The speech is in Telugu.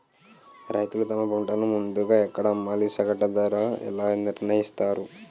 రైతులు తమ పంటను ముందుగా ఎక్కడ అమ్మాలి? సగటు ధర ఎలా నిర్ణయిస్తారు?